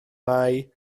mae